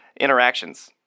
interactions